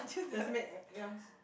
just make